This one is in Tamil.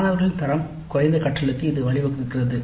மாணவர்களின் தரம் குறைந்த கற்றலுக்கு இது வழிவகுக்கிறது